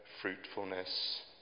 fruitfulness